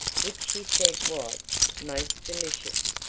which she said was most delicious,